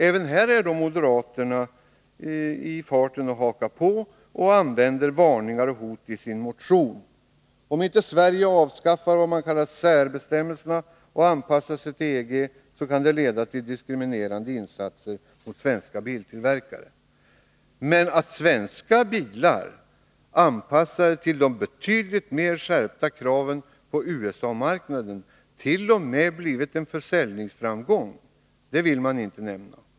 Även här är då moderaterna i farten och hakar på och använder varningar och hot i sin motion. Om inte Sverige avskaffar vad man kallar särbestämmelserna och anpassar sig till EG, kan det leda till diskriminerande åtgärder mot svenska biltillverkare. Men att svenska bilar, anpassade till de betydligt mer skärpta kraven på USA-marknaden, t.o.m. blivit en försäljningsframgång, vill man inte nämna.